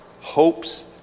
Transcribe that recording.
hopes